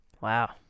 Wow